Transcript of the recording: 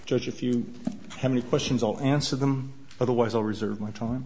judge if you have any questions i'll answer them otherwise i'll reserve my time